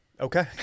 Okay